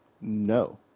No